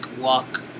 walk